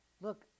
look